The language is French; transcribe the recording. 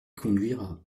conduira